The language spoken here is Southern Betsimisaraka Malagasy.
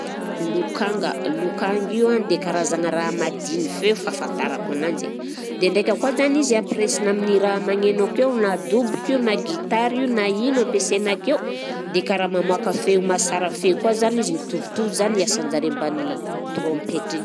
Lokanga, lokanga io an dia karazagna raha mahadiny feo fahafantarako ananjy, dia indraika koa zany izy ampiraisina amin'ny raha magneno akeo na doboka io na gitara, na ino ampiasaina akeo, dia karaha mamoaka feo mahasara feo koa izany izy, mitovitovy izany ny asan'izareo mbany trompetra igny